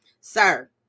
Sir